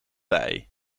wei